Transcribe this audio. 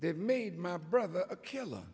they've made my brother a killer